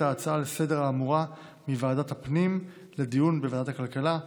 ההצעה לסדר-היום האמורה מוועדת הפנים לדיון בוועדת הכלכלה.